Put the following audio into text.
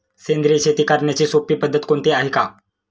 सेंद्रिय शेती करण्याची सोपी पद्धत कोणती आहे का?